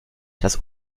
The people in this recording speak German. das